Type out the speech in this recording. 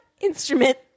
instrument